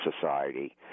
society